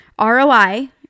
ROI